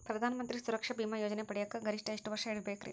ಪ್ರಧಾನ ಮಂತ್ರಿ ಸುರಕ್ಷಾ ಭೇಮಾ ಯೋಜನೆ ಪಡಿಯಾಕ್ ಗರಿಷ್ಠ ಎಷ್ಟ ವರ್ಷ ಇರ್ಬೇಕ್ರಿ?